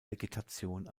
vegetation